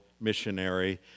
missionary